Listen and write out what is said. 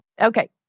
Okay